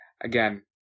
Again